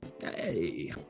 Hey